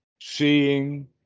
seeing